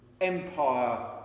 empire